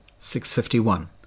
651